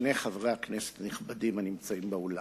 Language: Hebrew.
שני חברי הכנסת הנכבדים הנמצאים באולם,